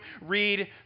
read